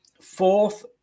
fourth